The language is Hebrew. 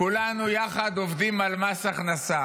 כולנו יחד עובדים על מס הכנסה,